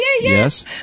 Yes